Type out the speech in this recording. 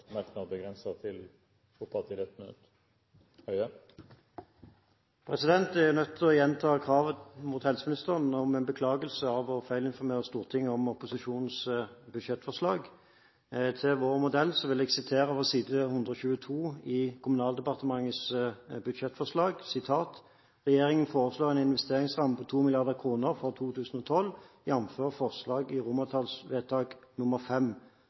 merknad, begrenset til 1 minutt. Jeg er nødt til å gjenta kravet om en beklagelse fra helseministeren for å feilinformere Stortinget om opposisjonens budsjettforslag. Etter vår modell vil jeg sitere fra side 122 i Kommunaldepartementets budsjettforslag: «Regjeringen foreslår en investeringsramme på 2 mrd. kroner for 2012, jf. forslag til romertallsvedtak V. Forslaget anslås å medføre et bevilgningsbehov på 70 mill. kroner i